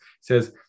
says